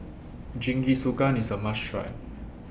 Jingisukan IS A must Try